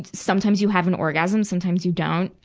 sometimes you have an orgasm, sometimes you don't.